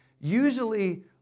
Usually